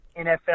NFL